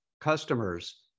customers